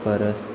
परस